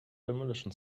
demolition